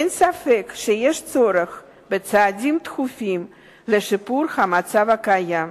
אין ספק שיש צורך בצעדים דחופים לשיפור המצב הקיים.